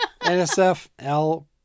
NSFL